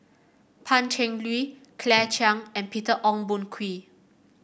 Pan Cheng Lui Claire Chiang and Peter Ong Boon Kwee